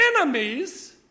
enemies